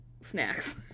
snacks